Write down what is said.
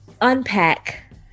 unpack